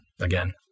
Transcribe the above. again